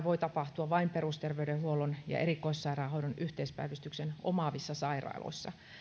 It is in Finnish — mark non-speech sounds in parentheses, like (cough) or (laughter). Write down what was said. (unintelligible) voi tapahtua vain perusterveydenhuollon ja erikoissairaanhoidon yhteispäivystyksen omaavissa sairaaloissa